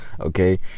Okay